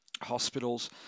hospitals